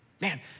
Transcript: man